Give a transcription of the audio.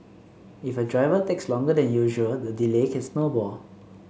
if a driver takes longer than usual the delay can snowball